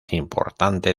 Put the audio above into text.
importante